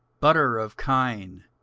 butter of kine,